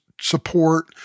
support